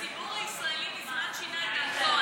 הציבור הישראלי מזמן שינה את דעתו.